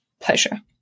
pleasure